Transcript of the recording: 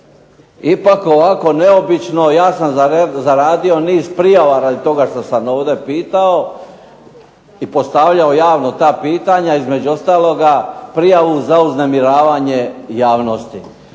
ipak ovako neobično, ja sam zaradio niz prijava radi toga što sam ovdje pitao, i postavljao javna ta pitanja, između ostaloga prijavu za uznemiravanje javnosti.